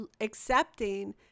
accepting